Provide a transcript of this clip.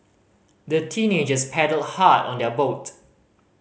the teenagers paddled hard on their boat